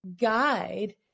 guide